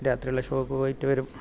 രാത്രിയിലുള്ള shock പോയിട്ട് വരും